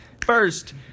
First